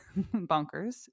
bonkers